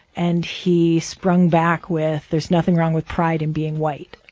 and he sprung back with, there's nothing wrong with pride in being white